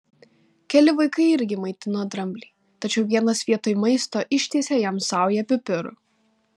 keli vaikai irgi maitino dramblį tačiau vienas vietoj maisto ištiesė jam saują pipirų